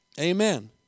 Amen